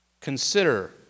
Consider